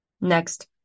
Next